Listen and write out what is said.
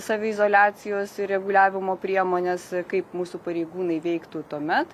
saviizoliacijos ir reguliavimo priemones kaip mūsų pareigūnai veiktų tuomet